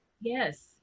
Yes